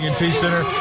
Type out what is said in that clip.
and t center.